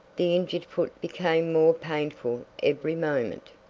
the injured foot became more painful every moment.